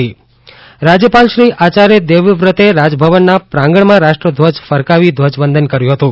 રાજ્યપાલ ધ્વજવંદન રાજ્યપાલ શ્રી આચાર્ય દેવવ્રતે રાજભવનના પ્રાંગણમાં રાષ્ટ્રધ્વજ ફરકાવી ધ્વજવંદન કર્યું હતું